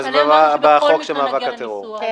אז נעשה את זה בחוק המאבק בטרור.